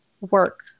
work